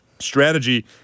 strategy